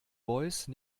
voice